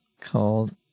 called